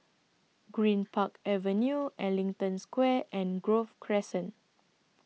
Greenpark Avenue Ellington Square and Grove Crescent